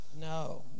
No